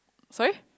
sorry